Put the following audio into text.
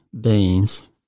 beans